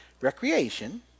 recreation